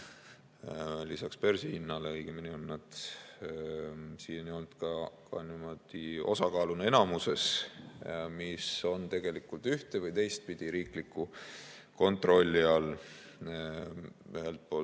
lisaks börsihinnale, õigemini on nad siiani olnud osakaaluna enamuses, mis on tegelikult ühte- või teistpidi riikliku kontrolli all. Ühelt poolt